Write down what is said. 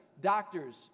Doctors